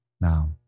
Now